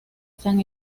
san